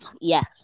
Yes